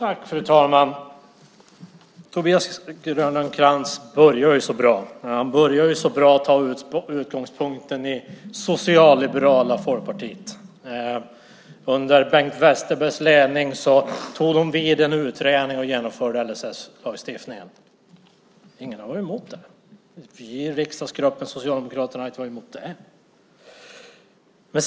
Fru talman! Tobias Krantz börjar så bra med utgångspunkt i det socialliberala Folkpartiet. Under Bengt Westerbergs ledning genomförde man LSS. Ingen har varit mot det. Vi i den socialdemokratiska riksdagsgruppen har aldrig varit mot det.